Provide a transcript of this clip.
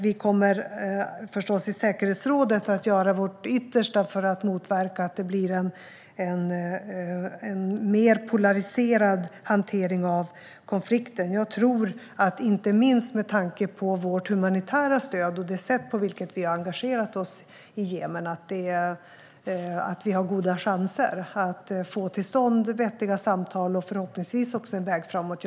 I säkerhetsrådet kommer vi förstås att göra vårt yttersta för att motverka att det blir en mer polariserad hantering av konflikten. Jag tror att vi har goda chanser att få till stånd vettiga samtal och förhoppningsvis också en väg framåt, inte minst med tanke på vårt humanitära stöd och det sätt på vilket vi har engagerat oss i Jemen.